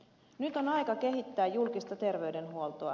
nyt on aika kehittää julkista terveydenhuoltoa